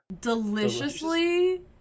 deliciously